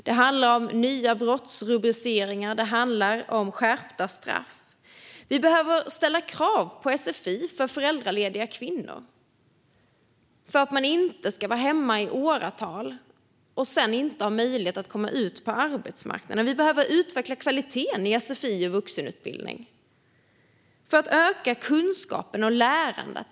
Det handlar om nya brottsrubriceringar och om skärpta straff. Vi behöver ställa krav på sfi för föräldralediga kvinnor, för att man inte ska vara hemma i åratal och sedan inte ha möjlighet att komma ut på arbetsmarknaden. Vi behöver också utveckla kvaliteten i sfi och i vuxenutbildningen för att öka kunskapen och lärandet.